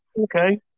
Okay